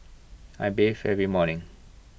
I bathe every morning